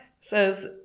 says